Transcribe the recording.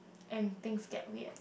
and things get weird